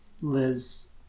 liz